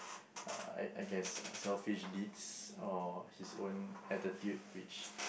uh I I guess selfish deeds or his own attitude which